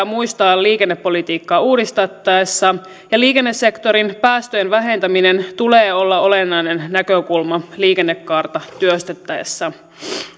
muistaa liikennepolitiikkaa uudistettaessa ja liikennesektorin päästöjen vähentämisen tulee olla olennainen näkökulma liikennekaarta työstettäessä